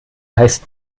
heißt